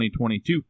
2022